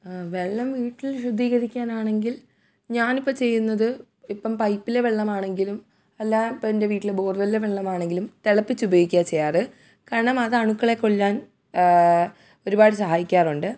വെള്ളം വീട്ടിൽ ശുദ്ധീകരിക്കാനാണെങ്കിൽ ഞാൻ ഇപ്പം ചെയ്യുന്നത് ഇപ്പം പൈപ്പിലെ വെള്ളം ആണെങ്കിലും അല്ല ഇപ്പോൾ എൻ്റെ വീട്ടിലെ ബോർവെല്ലിലെ വെള്ളം ആണെങ്കിലും തിളപ്പിച്ച് ഉപയോഗിക്കുവാണ് ചെയ്യാറ് കാരണം അത് അണുക്കളെ കൊല്ലാൻ ഒരുപാട് സഹായിക്കാറുണ്ട്